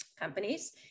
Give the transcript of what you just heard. companies